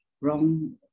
wrong